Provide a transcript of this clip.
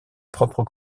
propre